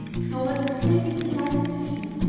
clover exclaimed with delight at the view.